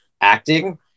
acting